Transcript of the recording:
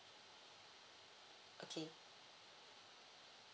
okay